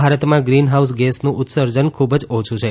ભારતમાં greenhouse ગેસનું ઉત્સર્જન ખુબ જ ઓછુ છે